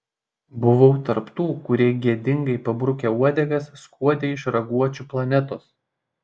buvau tarp tų kurie gėdingai pabrukę uodegas skuodė iš raguočių planetos